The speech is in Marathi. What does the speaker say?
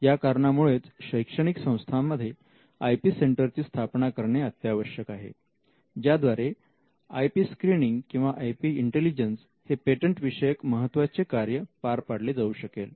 या कारणामुळेच शैक्षणिक संस्थांमध्ये आय पी सेंटरची स्थापना करणे अत्यावश्यक आहे ज्याद्वारे आय पी स्क्रीनिंग किंवा आयपी इंटेलिजन्स हे पेटंट विषयक महत्वाचे कार्य पार पाडले जाऊ शकेल